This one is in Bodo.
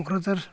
क'क्राझार